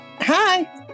Hi